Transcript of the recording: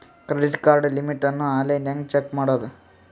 Credit card limit ಅನ್ನು online ಹೆಂಗ್ check ಮಾಡೋದು?